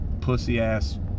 pussy-ass